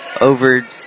over